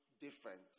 different